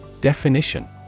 Definition